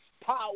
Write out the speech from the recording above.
power